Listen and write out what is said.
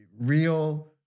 real